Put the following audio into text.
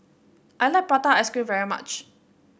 I like Prata Ice Cream very much